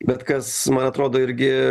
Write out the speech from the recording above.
bet kas man atrodo irgi